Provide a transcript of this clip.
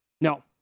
No